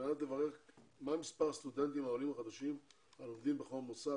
מנת לברר מה מספר הסטודנטים העולים החדשים הלומדים בכל מוסד,